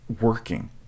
working